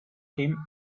him